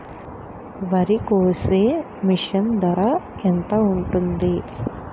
వరి కోసే మిషన్ ధర ఎంత ఉంటుంది?